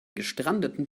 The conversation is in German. gestrandeten